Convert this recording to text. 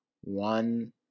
one